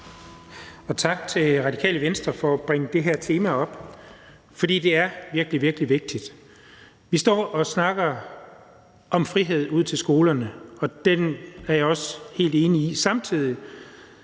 Og tak til Radikale Venstre for at bringe det her tema op, for det er virkelig, virkelig vigtigt. Vi står og snakker om frihed til skolerne derude, og det er også noget, jeg er helt enig i. Samtidig